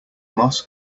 moss